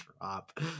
drop